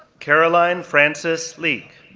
caroline frances leak,